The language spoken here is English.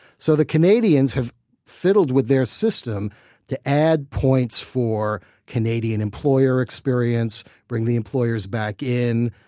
so the canadians have fiddled with their system to add points for canadian-employer experience, bring the employers back in,